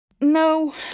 No